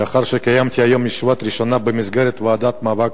לאחר שקיימתי היום ישיבה ראשונה במסגרת הוועדה למאבק